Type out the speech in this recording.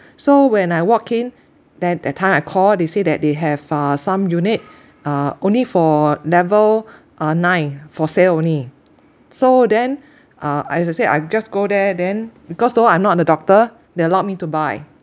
so when I walk in then that time I call they say that they have uh some unit uh only for level uh nine for sale only so then uh as I say I just go there then because though I'm not a doctor they allowed me to buy